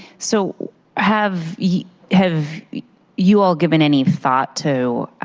so have you have you all given any thought to